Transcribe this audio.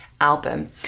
album